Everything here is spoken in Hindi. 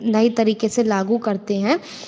नये तरीके से लागू करते हैं